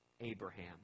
Abraham